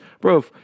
Bro